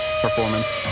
performance